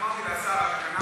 אמרתי לשר.